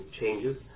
changes